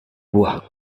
buah